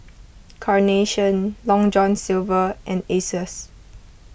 Carnation Long John Silver and Asus